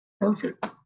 Perfect